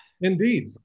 Indeed